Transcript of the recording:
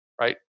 right